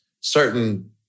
certain